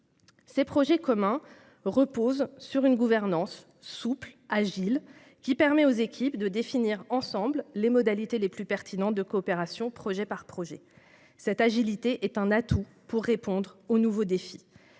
Ces projets communs reposent sur une gouvernance souple et agile, qui permet aux équipes de définir ensemble les modalités les plus pertinentes de coopération, projet par projet. Cette agilité est un atout pour répondre aux nouveaux défis,